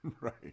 right